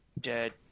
Dead